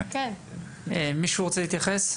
מישהו רוצה להתייחס?